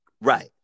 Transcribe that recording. right